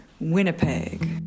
Winnipeg